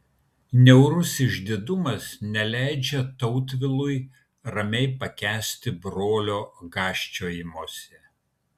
niaurus išdidumas neleidžia tautvilui ramiai pakęsti brolio gąsčiojimosi